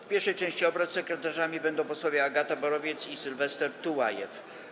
W pierwszej części obrad sekretarzami będą posłowie Agata Borowiec i Sylwester Tułajew.